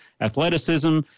athleticism